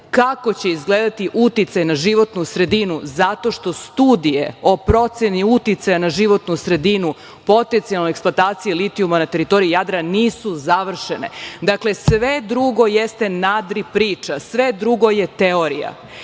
kako će izgledati uticaj na životnu sredinu zato što studije o proceni uticaja na životnu sredinu potencijalno eksploatacije litijuma na teritoriji Jadrana nisu završene. Dakle, sve drugo jeste nadi priča, sve drugo je teorija.